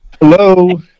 hello